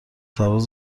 پرواز